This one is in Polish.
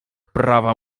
prawa